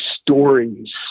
stories